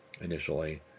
initially